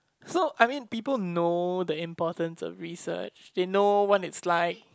so I mean people know the importance of research they know what it's like